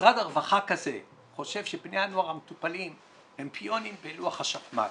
משרד רווחה כזה חושב שבני הנוער המטופלים הם פיונים בלוח השחמט,